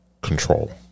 Control